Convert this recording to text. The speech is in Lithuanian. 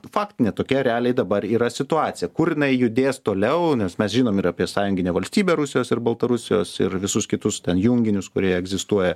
faktinė tokia realiai dabar yra situacija kur jinai judės toliau nes mes žinom ir apie sąjunginę valstybę rusijos ir baltarusijos ir visus kitus ten junginius kurie egzistuoja